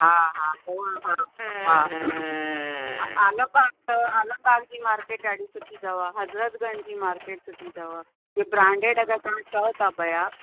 हा हा हूअ हा हा आलमबाग अथव आलमबाग जी मार्किट ॾाढी सुठी अथव हज़रतगंज जी मार्किट सुठी अथव ब्रांडेड अगरि तव्हां चओ था पिया